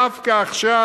דווקא עכשיו,